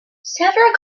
several